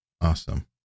Awesome